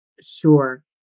Sure